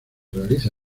realiza